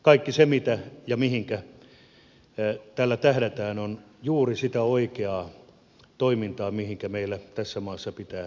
kaikki se mihinkä tällä tähdätään on juuri sitä oikeaa toimintaa mihinkä meillä tässä maassa pitää pyrkiä